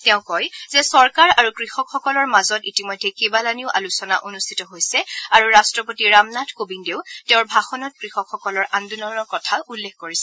তেওঁ কয় যে চৰকাৰ আৰু কৃষকসকলৰ মাজত ইতিমধ্যে কেইবালানিও আলোচনা অনুষ্ঠিত হৈছে আৰু ৰাট্টপতি ৰামনাথ কোবিন্দেও তেওঁৰ ভাষণত কৃষকসকলৰ আন্দোলনৰ কথা উল্লেখ কৰিছে